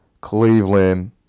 Cleveland